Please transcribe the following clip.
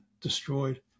destroyed